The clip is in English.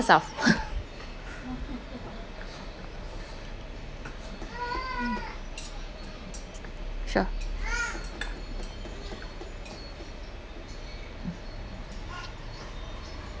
yourself sure